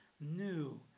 new